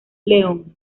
león